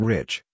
Rich